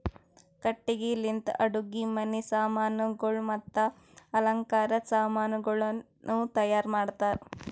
ಕಟ್ಟಿಗಿ ಲಿಂತ್ ಅಡುಗಿ ಮನಿ ಸಾಮಾನಗೊಳ್ ಮತ್ತ ಅಲಂಕಾರದ್ ಸಾಮಾನಗೊಳನು ತೈಯಾರ್ ಮಾಡ್ತಾರ್